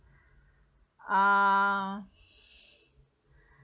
uh